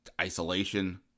isolation